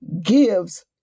gives